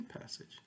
passage